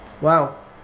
wow